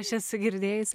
aš esu girdėjusi